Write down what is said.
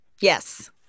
yes